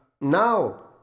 now